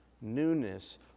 newness